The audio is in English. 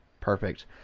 perfect